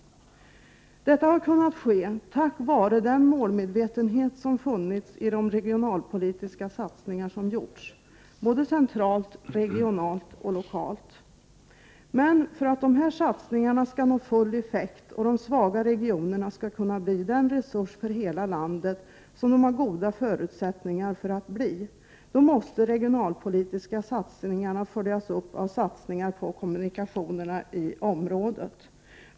Detta har kunnat ske tack vare den målmedvetenhet som funnits i de regionalpolitiska satsningar som gjorts, såväl centralt som regionalt och lokalt. Men, för att dessa satsningar skall nå full effekt och de svaga regionerna skall kunna bli den resurs för hela landet som de har goda förutsättningar för att bli, då måste de regionalpolitiska satsningarna följas upp av satsningar på kommunikationerna i området.